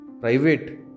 private